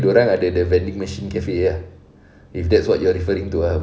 dorang ada the vending machine cafe ah if that's what you are referring to